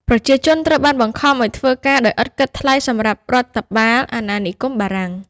ប្រជាជនត្រូវបានបង្ខំឱ្យធ្វើការដោយឥតគិតថ្លៃសម្រាប់រដ្ឋបាលអាណានិគមបារាំង។